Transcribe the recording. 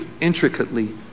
intricately